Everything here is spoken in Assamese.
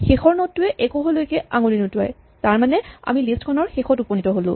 শেষৰ নড টোৱে একোহলৈকে আঙুলি নুটুৱায় তাৰমানে আমি লিষ্ট খনৰ শেষত উপনীত হ'লো